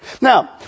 Now